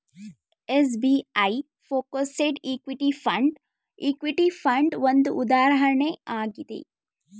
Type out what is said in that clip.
SBI focused equity fund, equity fund ಒಂದು ಉದಾಹರಣೆ ಆಗಿದೆ